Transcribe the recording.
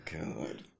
God